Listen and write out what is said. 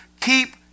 keep